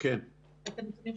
גם בצוות של